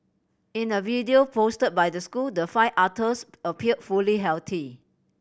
in a video posted by the school the five otters appeared fully healthy